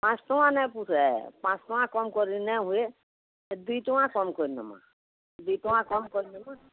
ପାଞ୍ଚଶହ ଟଙ୍କା ନେଇ ପୁଶେ ପାଞ୍ଚଶହ ଟଙ୍କା କମ୍ କରିନାଇଁ ହୁଏ ହେ ଦୁଇ ଟଙ୍କା କମ୍ କରି ନେମା ଦୁଇ ଟଙ୍କା କମ୍ କରି ନେମା